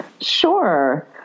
Sure